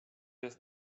jest